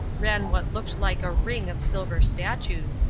ran what looked like a ring of silver statues,